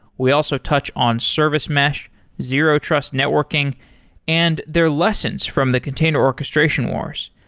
we also touched on service mesh, zero trust networking and their lessons from the container orchestration wars.